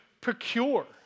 procure